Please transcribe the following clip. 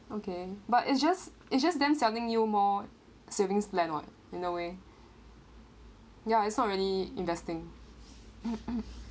okay but it's just it's just them selling you more savings plan [what] in a way ya it's not really investing